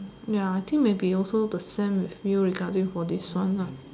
ya I think maybe also the same with you regarding for this one nah